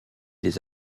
des